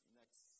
next